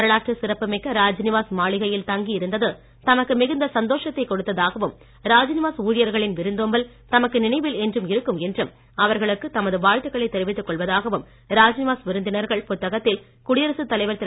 வரலாற்று சிறப்பு மிக்க ராஜ்நிவாஸ் மாளிகையில் தங்கி இருந்தது தமக்கு மிகுந்த சந்தோஷத்தை கொடுத்ததாகவும் ராஜ்நிவாஸ் ஊழியர்களின் விருந்தோம்பல் தமக்கு நினைவில் என்றும் இருக்கும் என்றும் அவர்களுக்கு தமது வாழ்த்துக்களை தெரிவித்து கொள்வதாகவும் ராஜ்நிவாஸ் விருந்தினர்கள் புத்தகத்தில் குடியரசு தலைவர் திரு